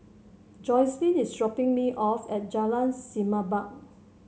Jocelyn is dropping me off at Jalan Semerbak